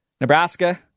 Nebraska